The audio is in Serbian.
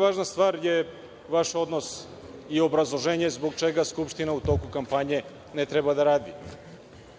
važna stvar je vaš odnos i obrazloženje zbog čega Skupština u toku kampanje ne treba da radi,